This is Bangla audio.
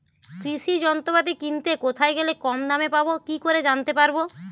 কৃষি যন্ত্রপাতি কিনতে কোথায় গেলে কম দামে পাব কি করে জানতে পারব?